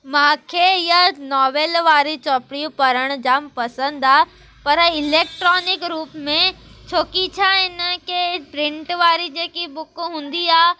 मूंखे इहा नॉविल वारी चोपड़ी पढ़णु जाम पसंदि आहे पर इलेक्ट्रॉनिक रूप में छोकी छा इन खे प्रिंट वारी जेकी बुक हूंदी आहे